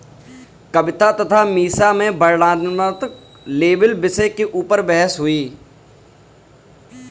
कविता तथा मीसा में वर्णनात्मक लेबल विषय के ऊपर बहस हुई